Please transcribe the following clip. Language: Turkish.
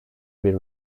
bir